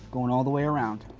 going all the way around.